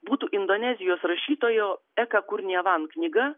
būtų indonezijos rašytojo eka kur nevan knyga